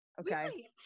Okay